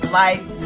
life